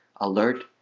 alert